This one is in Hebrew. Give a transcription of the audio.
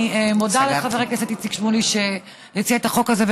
אני מודה לחבר הכנסת איציק שמולי שהציע את החוק הזה,